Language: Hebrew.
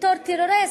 בתור טרוריסט.